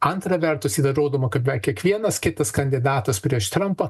antra vertus yra įrodoma kad beveik kiekvienas kitas kandidatas prieš trampą